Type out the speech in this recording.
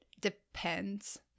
depends